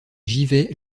givet